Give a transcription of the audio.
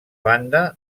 banda